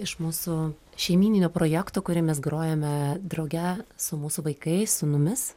iš mūsų šeimyninio projekto kurį mes grojame drauge su mūsų vaikais sūnumis